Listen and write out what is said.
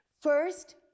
First